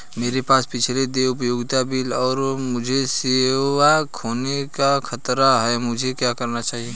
मेरे पास पिछले देय उपयोगिता बिल हैं और मुझे सेवा खोने का खतरा है मुझे क्या करना चाहिए?